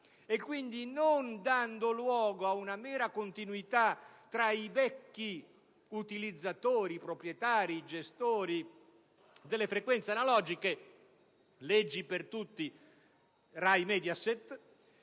quindi non dando luogo ad una mera continuità tra i vecchi utilizzatori, proprietari e gestori delle frequenze analogiche (per tutti RAI e Mediaset),